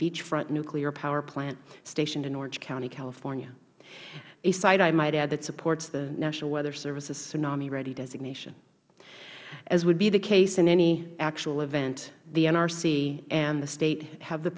beachfront nuclear power plant stationed in orange county california a site i might add that supports the national weather services tsunami ready designation as would be the case in any actual event the nrc and the state have the